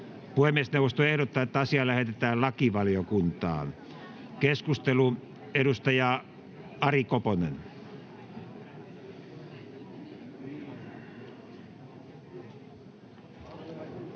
ehdottaa, että asia lähetetään lakivaliokuntaan. — Keskustelu, edustaja Ari Koponen.